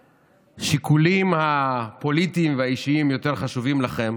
שהשיקולים הפוליטיים והאישיים יותר חשובים לכם,